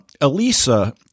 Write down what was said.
Elisa